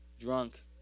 drunk